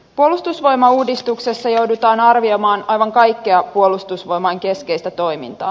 puolustusvoimauudistuksessa joudutaan arvioimaan aivan kaikkea puolustusvoimain keskeistä toimintaa